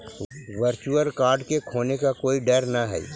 virtual card के खोने का कोई डर न हई